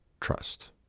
trust